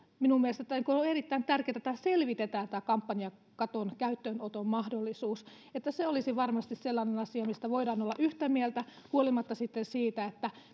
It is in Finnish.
minun mielestäni se on erittäin tärkeää selvitetään tämä kampanjakaton käyttöönoton mahdollisuus se olisi varmasti sellainen asia mistä voidaan olla yhtä mieltä huolimatta siitä